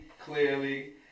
clearly